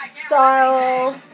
Style